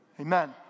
Amen